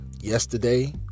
yesterday